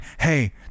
hey